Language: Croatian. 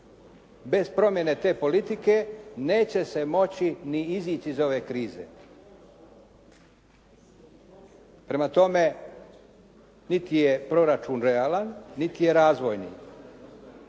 Bez promjene te politike neće se doći ni izići iz ove krize. Prema tome, niti je proračun realan niti je razvojni.